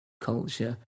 culture